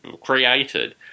created